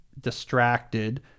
distracted